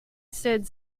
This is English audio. said